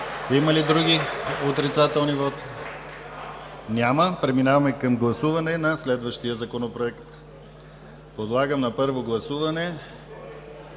Има ли други отрицателни вотове? Няма. Преминаваме към гласуване на следващия Законопроект. Подлагам на първо гласуване